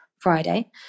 friday